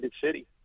city